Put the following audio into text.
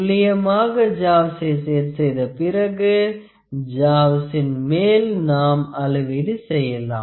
துல்லியமாக ஜாவ்சை செட் செய்த பிறகு ஜாவ்சின் மேல் நாம் அளவீடு செய்யலாம்